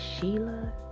Sheila